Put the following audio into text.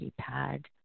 keypad